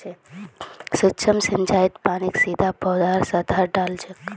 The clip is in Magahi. सूक्ष्म सिंचाईत पानीक सीधा पौधार सतहत डा ल छेक